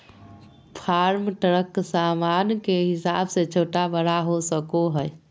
farm truck सामान के हिसाब से छोटा बड़ा हो सको हय